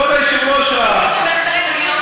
עשיתי שם מחקרים.